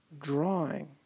drawing